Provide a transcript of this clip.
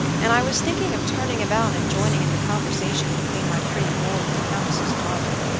and i was thinking of turning about and joining in the conversation between my pretty ward and the countess's daughter,